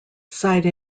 side